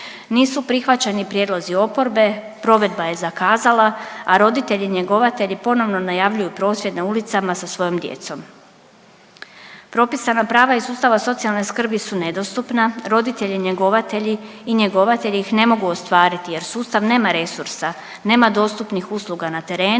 Nisu prihvaćeni prijedlozi oporbe, provedba je zakazala, a roditelji njegovatelji ponovno najavljuju prosvjed na ulicama sa svojom djecom. Propisana prava iz sustava socijalne skrbi su nedostupna, roditelji njegovatelji i njegovatelji ih ne mogu ostvariti jer sustav nema resursa, nema dostupnih usluga na terenu